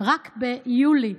רק ביולי,